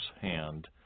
hand